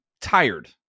tired